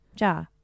Ja